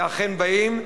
ואכן באים,